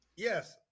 Yes